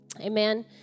Amen